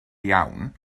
iawn